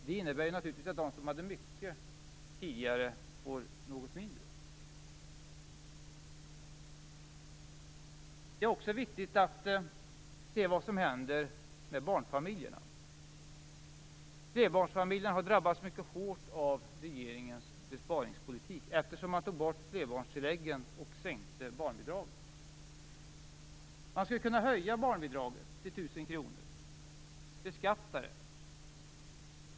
Det innebär naturligtvis att de som hade mycket tidigare får något mindre. Det är också viktigt att se vad som händer med barnfamiljerna. Flerbarnsfamiljerna har drabbats mycket hårt av regeringens besparingspolitik. Flerbarnstilläggen togs bort och barnbidraget sänktes. Vi skulle kunna höja barnbidraget till 1 000 kr och beskatta det.